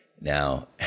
Now